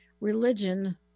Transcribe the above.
religion